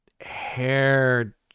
hair